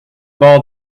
ball